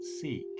seek